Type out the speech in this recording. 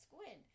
squid